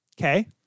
Okay